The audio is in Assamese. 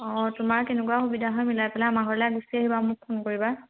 অঁ তোমাৰ কেনেকুৱা সুবিধা হয় মিলাই পেলাই আমাৰ ঘৰলৈ গুচি আহিবা মোক ফোন কৰিবা